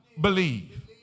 believe